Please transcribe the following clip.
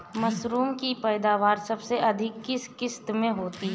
मसूर की पैदावार सबसे अधिक किस किश्त में होती है?